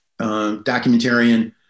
documentarian